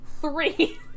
three